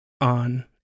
on